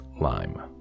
lime